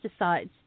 pesticides